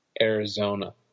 Arizona